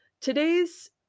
today's